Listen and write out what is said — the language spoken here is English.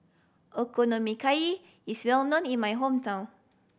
Okonomiyaki is well known in my hometown